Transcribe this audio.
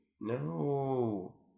No